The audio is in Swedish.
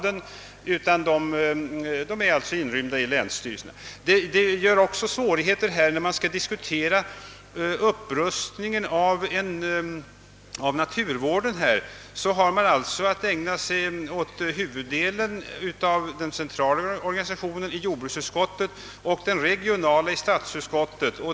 Detta medför också svårigheter vid riksdagsbehandlingen. När man skall diskutera upprustningen av naturvården har man nämligen att ägna sig åt huvuddelen av den centrala organisationen i jordbruksutskottet och åt den regionala i statsutskottet.